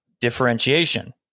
differentiation